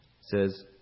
Says